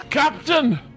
Captain